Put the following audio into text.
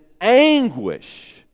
anguish